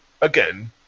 again